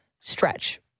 stretch